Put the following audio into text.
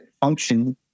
function